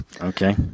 Okay